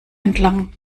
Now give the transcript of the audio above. entlang